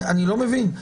אני לא מבין.